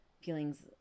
feelings